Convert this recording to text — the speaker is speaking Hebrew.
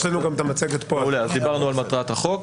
אז דיברנו על מטרת החוק.